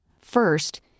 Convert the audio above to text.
First